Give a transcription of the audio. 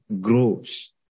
Grows